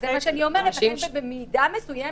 זה מה שאני אומרת, לכן במידה מסוימת,